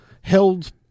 held